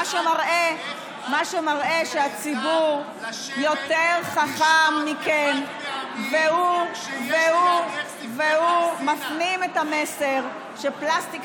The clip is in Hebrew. מה שמראה שהציבור יותר חכם מכם והוא מפנים את המסר שפלסטיק